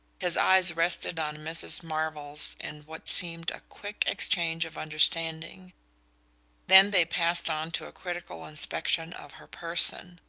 his eyes rested on mrs. marvell's in what seemed a quick exchange of understanding then they passed on to a critical inspection of her person.